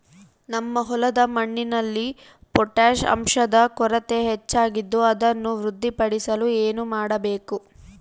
ನಮ್ಮ ಹೊಲದ ಮಣ್ಣಿನಲ್ಲಿ ಪೊಟ್ಯಾಷ್ ಅಂಶದ ಕೊರತೆ ಹೆಚ್ಚಾಗಿದ್ದು ಅದನ್ನು ವೃದ್ಧಿಸಲು ಏನು ಮಾಡಬೇಕು?